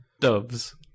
doves